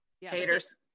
haters